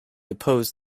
opposed